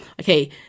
Okay